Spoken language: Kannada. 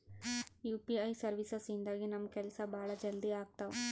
ಯು.ಪಿ.ಐ ಸರ್ವೀಸಸ್ ಇಂದಾಗಿ ನಮ್ ಕೆಲ್ಸ ಭಾಳ ಜಲ್ದಿ ಅಗ್ತವ